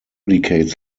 decades